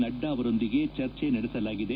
ನಡ್ಡಾ ಅವರೊಂದಿಗೆ ಚರ್ಚೆ ನಡೆಸಲಾಗಿದೆ